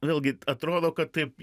vėlgi atrodo kad taip